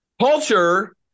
Culture